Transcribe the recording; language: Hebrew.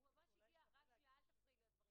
שני שליש מחסרי הבית אינם מקבלים את